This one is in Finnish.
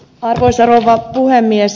arvoisa rouva puhemies